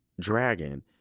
dragon